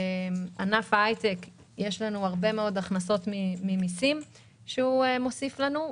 בענף ההייטק יש לנו הרבה מאוד הכנסות ממסים שהוא מוסיף לנו.